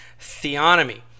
theonomy